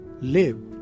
live